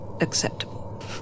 acceptable